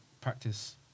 practice